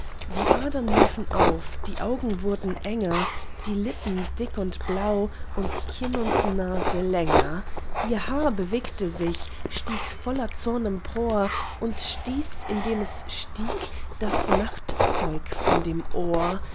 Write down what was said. die adern liefen auf die augen wurden enger die lippen dick und blau und kinn und nase länger ihr haar bewegte sich stieg voller zorn empor und stieß indem es stieg das nachtzeug von dem ohr